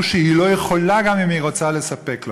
שהיא לא יכולה גם אם היא רוצה לספק לו,